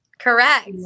Correct